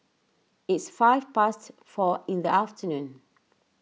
its five past four in the afternoon